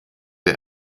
der